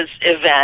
event